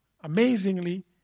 amazingly